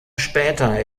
später